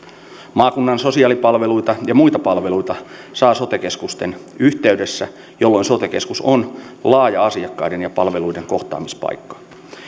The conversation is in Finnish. maakunnan sosiaalipalveluita ja muita palveluita saa sote keskusten yhteydessä jolloin sote keskus on laaja asiakkaiden ja palveluiden kohtaamispaikka